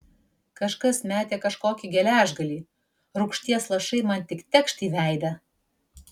kažkas metė kažkokį geležgalį rūgšties lašai man tik tekšt į veidą